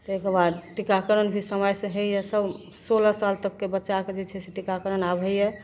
ताहिके बाद टीकाकरण भी समयसे होइए सभ सोलह साल तकके बच्चाकेँ जे छै से टीकाकरण आब होइए